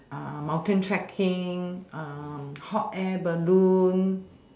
mountain trekking hot air balloon